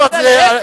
מה השאלה,